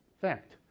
fact